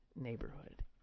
neighborhood